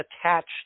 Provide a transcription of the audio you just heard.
attached